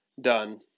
done